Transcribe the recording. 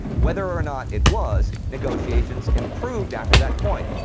whether or not it was, negotiations improved after that point.